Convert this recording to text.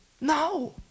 No